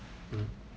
um